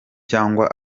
cyangwa